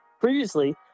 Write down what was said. previously